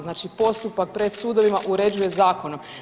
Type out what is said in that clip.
Znači, postupak pred sudovima uređuje zakonom.